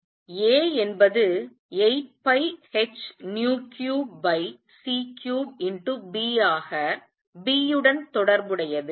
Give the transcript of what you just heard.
A என்பது 8πh3c3Bஆக B உடன் தொடர்புடையது